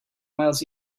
miles